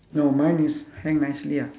no mine is hang nicely ah